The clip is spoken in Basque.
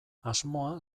asmoa